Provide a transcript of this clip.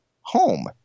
home